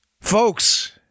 Folks